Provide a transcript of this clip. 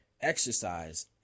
exercise